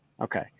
Okay